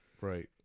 Right